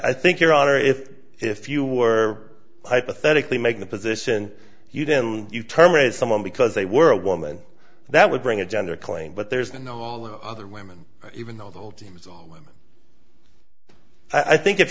i think your honor if if you were hypothetically make the position you did you terminate someone because they were a woman that would bring a gender claim but there's no all the other women even though the whole team is all women i think if